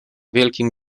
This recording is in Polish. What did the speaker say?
wielkim